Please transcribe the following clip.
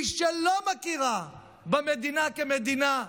מי שלא מכירה במדינה כמדינה יהודית,